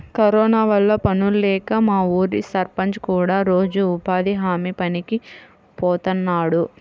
corona వల్ల పనుల్లేక మా ఊరి సర్పంచ్ కూడా రోజూ ఉపాధి హామీ పనికి బోతన్నాడు